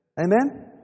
Amen